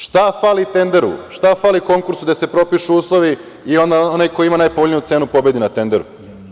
Šta fali tenderu, šta fali konkursu gde se propišu uslovi i onda onaj ko ima najpovoljniju cenu pobedi na tenderu?